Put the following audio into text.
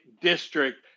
district